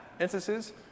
instances